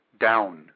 down